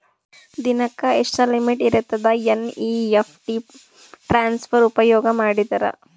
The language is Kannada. ದಿನಕ್ಕ ಎಷ್ಟ ಲಿಮಿಟ್ ಇರತದ ಎನ್.ಇ.ಎಫ್.ಟಿ ಟ್ರಾನ್ಸಫರ್ ಉಪಯೋಗ ಮಾಡಿದರ?